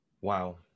Wow